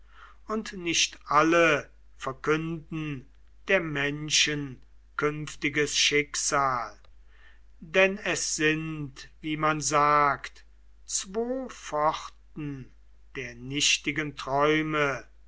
und nicht alle verkünden der menschen künftiges schicksal denn es sind wie man sagt zwo pforten der nichtigen träume